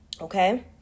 okay